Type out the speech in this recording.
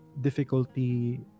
difficulty